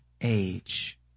age